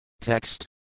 Text